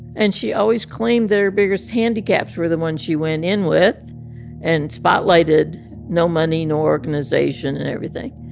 and she always claimed that her biggest handicaps were the ones she went in with and spotlighted no money, no organization and everything.